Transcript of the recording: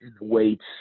weights